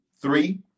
Three